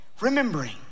Remembering